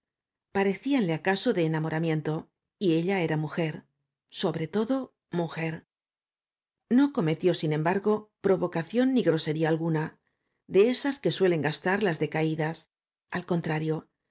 alborozaban parecíanle caso de enamoramiento y ella era mujer sobre todo mujer no cometió sin e m bargo provocación ni grosería alguna de esas que suelen gastar las decaídas al contrario